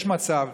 יש מצב